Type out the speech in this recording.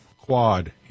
quad